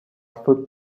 food